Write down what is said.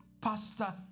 pastor